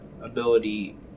ability